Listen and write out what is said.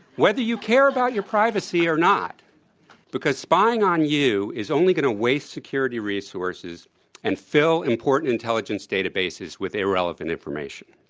whether you care about your privacy or not because spying on you is only going to waste security resources and fill important intelligence databases with irrelevant information.